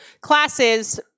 classes